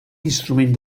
instrument